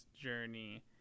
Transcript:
journey